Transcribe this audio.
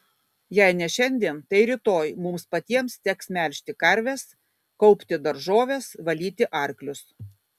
jei ne šiandien tai rytoj mums patiems teks melžti karves kaupti daržoves valyti arklius